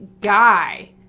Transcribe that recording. guy